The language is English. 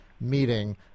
meeting